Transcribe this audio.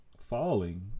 Falling